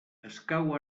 escau